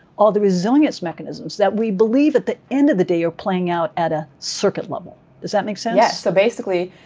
all the resilience mechanisms that we believe at the end of the day are playing out at a circuit level. does that make sense? rhonda yeah. so basically,